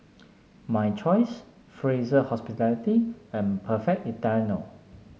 My Choice Fraser Hospitality and Perfect Italiano